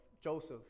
Joseph